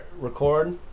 record